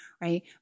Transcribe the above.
right